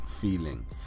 feeling